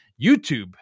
YouTube